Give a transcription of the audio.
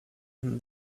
and